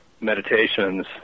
meditations